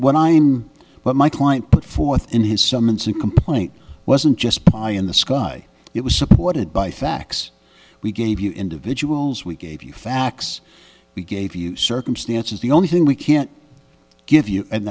when i'm but my client put forth in his summons and complaint wasn't just pie in the sky it was supported by facts we gave you individuals we gave you facts we gave you circumstances the only thing we can give you and